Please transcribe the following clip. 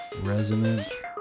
resonance